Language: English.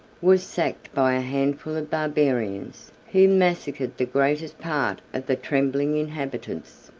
was sacked by a handful of barbarians, who massacred the greatest part of the trembling inhabitants.